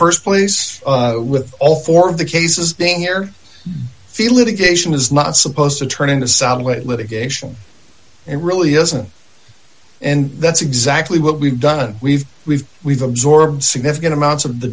the st place with all four of the cases being here feel it a geisha is not supposed to turn into satellite litigation and really isn't and that's exactly what we've done we've we've we've absorbed significant amounts of the